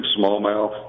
smallmouth